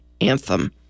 anthem